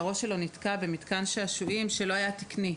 שהראש שלו נתקע במתקן שעשועים שלא היה תקני.